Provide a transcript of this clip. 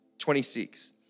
26